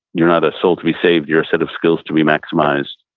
you're not a soul to be saved, you're a set of skills to be maximized.